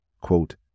Quote